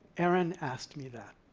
aaron asked me that.